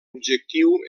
objectiu